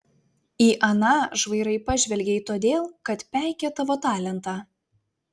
į aną žvairai pažvelgei todėl kad peikė tavo talentą